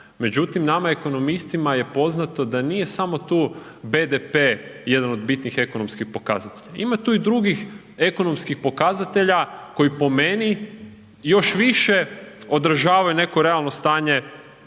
međutim nama ekonomistima je poznato da nije samo tu BDP jedan od bitnih ekonomskih pokazatelja, ima tu i drugih ekonomskih pokazatelja koji po meni još više odražavaju neko realno stanje